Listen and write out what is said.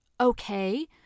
okay